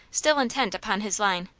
still intent upon his line.